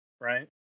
right